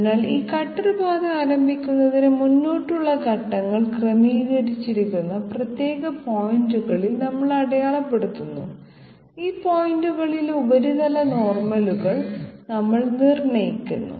അതിനാൽ ഈ കട്ടർ പാത ആരംഭിക്കുന്നതിന് മുന്നോട്ടുള്ള ഘട്ടങ്ങൾ ക്രമീകരിച്ചിരിക്കുന്ന പ്രത്യേക പോയിന്റുകളിൽ നമ്മൾ അടയാളപ്പെടുത്തുന്നു ഈ പോയിന്റുകളിലെ ഉപരിതല നോർമലുകൾ നമ്മൾ നിർണ്ണയിക്കുന്നു